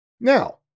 Now